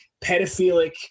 pedophilic